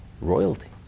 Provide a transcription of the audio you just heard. royalty